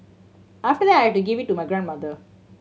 after that I had to give it to my grandmother